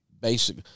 basic